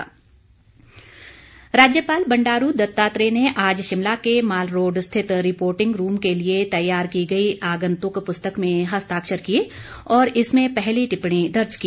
राज्यपाल राज्यपाल बंडारू दत्तात्रेय ने आज शिमला के मालरोड़ स्थित रिपोर्टिंग रूम के लिए तैयार की गई आगन्तुक पुस्तक में हस्ताक्षर किए और इसमें पहली टिप्पणी दर्ज की